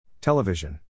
Television